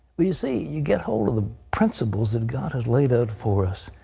you see, you get hold of the principles that god has laid out for us,